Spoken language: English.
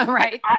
right